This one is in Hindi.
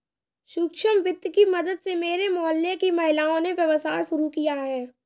सूक्ष्म वित्त की मदद से मेरे मोहल्ले की महिलाओं ने व्यवसाय शुरू किया है